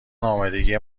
آمادگی